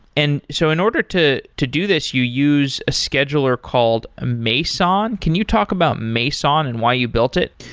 and so in order to to do this, you use a scheduler called ah meson. can you talk about meson and why you built it?